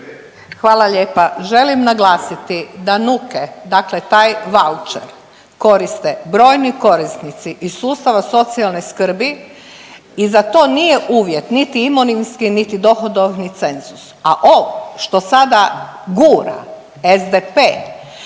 Hvala lijepa. Želim naglasiti da nuke dakle taj vaučer koriste brojni korisnici iz sustava socijalne skrbi i za to nije uvjet niti imovinski, niti dohodovni cenzus, a ovo što sada gura SDP